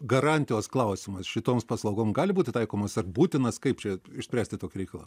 garantijos klausimas šitoms paslaugom gali būti taikomas ar būtinas kaip čia išspręsti tokį reikalą